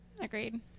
Agreed